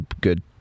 good